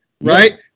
right